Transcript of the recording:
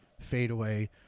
fadeaway